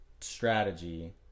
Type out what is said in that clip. strategy